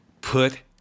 put